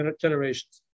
generations